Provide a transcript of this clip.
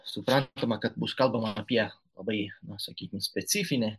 suprantama kad bus kalbama apie labai nu sakykim specifinę